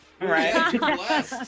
Right